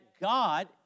God